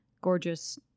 gorgeous